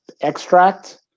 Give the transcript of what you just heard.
extract